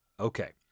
Okay